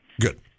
good